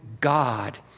God